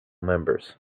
members